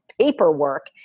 paperwork